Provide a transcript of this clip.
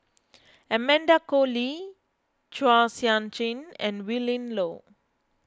Amanda Koe Lee Chua Sian Chin and Willin Low